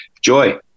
Joy